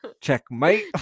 checkmate